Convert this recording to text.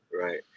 right